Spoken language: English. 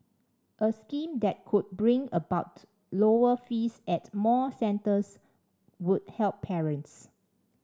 a scheme that could bring about lower fees at more centres would help parents